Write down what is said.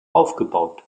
aufgebaut